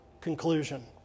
conclusion